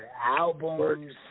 Albums